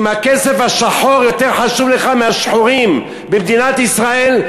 אם הכסף השחור יותר חשוב לך מהשחורים במדינת ישראל,